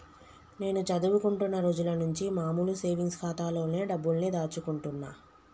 నేను చదువుకుంటున్న రోజులనుంచి మామూలు సేవింగ్స్ ఖాతాలోనే డబ్బుల్ని దాచుకుంటున్నా